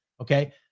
Okay